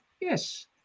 Yes